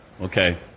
okay